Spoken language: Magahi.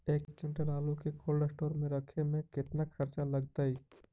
एक क्विंटल आलू के कोल्ड अस्टोर मे रखे मे केतना खरचा लगतइ?